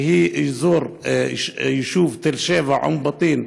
שהיא אזור היישוב תל שבע, אום בטין,